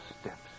steps